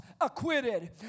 acquitted